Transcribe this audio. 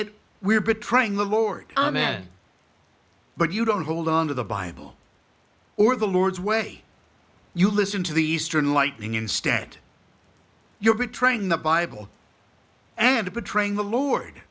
it we are betraying the lord amen but you don't hold on to the bible or the lord's way you listen to the eastern lightning instead you're betraying the bible and betraying the l